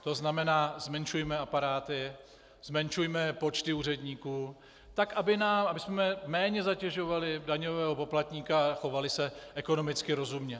To znamená, zmenšujme aparáty, zmenšujme počty úředníků tak, abychom méně zatěžovali daňového poplatníka a chovali se ekonomicky rozumně.